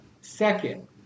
second